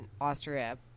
Austria